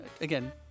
again